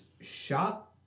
shot